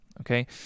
okay